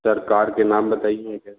sir car के नाम बताईये क्या है